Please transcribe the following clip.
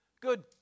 good